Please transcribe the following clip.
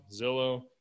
Zillow